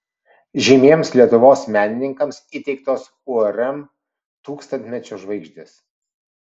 žymiems lietuvos menininkams įteiktos urm tūkstantmečio žvaigždės